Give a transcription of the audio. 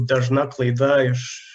dažna klaida iš